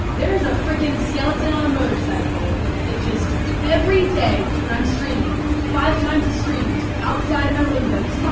there is a fricking skeleton on a motorcycle that just every day when i'm streaming five times a stream just outside of my window, just,